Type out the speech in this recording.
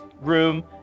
room